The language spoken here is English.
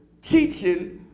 teaching